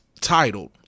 titled